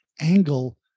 angle